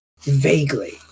vaguely